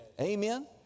amen